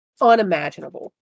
unimaginable